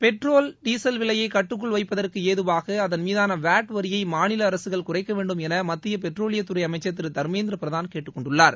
petrol diesel விலையை கட்டுக்குள் வைப்பதற்கு ஏதுவாக அதன்மீதான வாட் வரியை மாநில அரசுகள் குறைக்கவேண்டும் என மத்திய பெட்ரோலியத்துறை அமைச்சர் திரு தர்மேந்திர பிரதான் கேட்டுக்கொண்டுள்ளார்